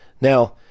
Now